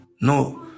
No